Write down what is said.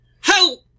Help